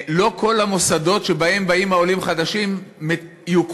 לא כל המוסדות שמהם באים עולים חדשים יוכרו,